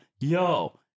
yo